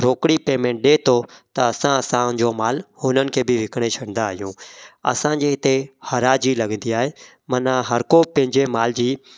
रोकड़ी payment ॾिए थो त असां असांजो मालु हुननि खे बि विकिणे छ्ॾींदा आहियूं असांजे हिते हराजी लॻंदी आहे माना हर को पंहिंजे माल जी